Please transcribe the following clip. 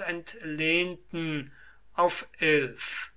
entlehnten auf elf